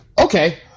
okay